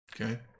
okay